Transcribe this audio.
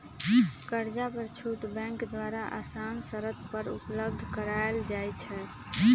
कर्जा पर छुट बैंक द्वारा असान शरत पर उपलब्ध करायल जाइ छइ